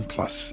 Plus